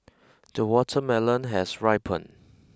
the watermelon has ripened